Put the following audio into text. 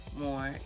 more